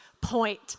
point